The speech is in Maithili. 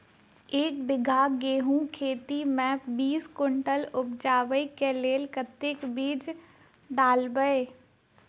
एक बीघा गेंहूँ खेती मे बीस कुनटल उपजाबै केँ लेल कतेक बीज डालबै?